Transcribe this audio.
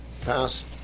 Passed